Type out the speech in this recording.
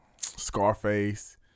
Scarface